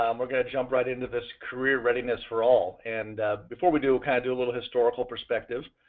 um we're going to jump right into this career readiness for all. all. and before we do, we'll kind of do a little historical perspective.